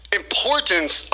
importance